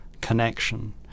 connection